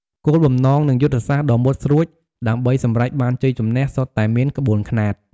គោលបំណង និងយុទ្ធសាស្ត្រដ៏មុតស្រួច ដើម្បីសម្រេចបានជ័យជម្នះសុទ្ធតែមានក្បួនខ្នាត។